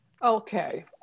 Okay